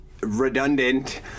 redundant